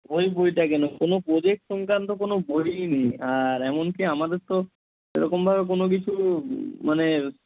ওই বইটা কেন কোনো প্রোজেক্ট সংক্রান্ত কোনো বইই নেই আর এমন কি আমাদের তো সেরকমভাবে কোনো কিছু মানে